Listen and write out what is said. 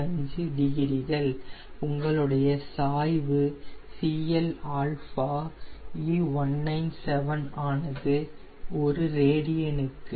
75 டிகிரிகள் உங்களுடைய சாய்வு Clα E197 ஆனது ஒரு ரேடியனுக்கு 6